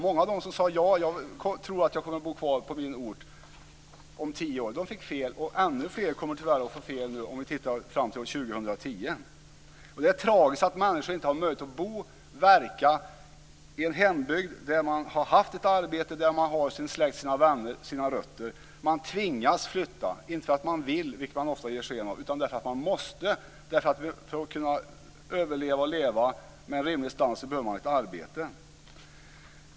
Många av dem som sade att de trodde att de skulle bo kvar på sin ort om tio år fick fel, och ännu fler kommer tyvärr att få fel om vi ser fram till år Det är tragiskt att människor inte har möjlighet att bo och verka i en hembygd där man har haft ett arbete, där man har sin släkt, sina vänner och sina rötter. Man tvingas flytta, inte för att man vill - vilket man ofta ger sken av - utan därför att man måste. För att kunna överleva och kunna leva med en rimlig standard behöver man ha ett arbete.